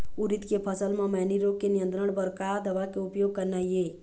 उरीद के फसल म मैनी रोग के नियंत्रण बर का दवा के उपयोग करना ये?